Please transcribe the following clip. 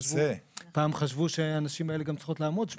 פעם חשבו שהנשים האלה גם צריכות לעמוד.